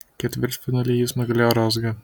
ketvirtfinalyje jis nugalėjo rozgą